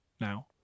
now